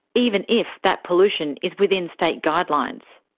even if that pollution is within state guidelines.